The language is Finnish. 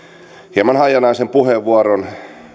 hieman hajanaisen puheenvuoron